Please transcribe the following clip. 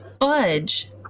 Fudge